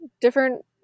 different